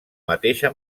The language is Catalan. mateixa